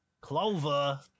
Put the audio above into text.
clover